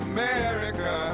America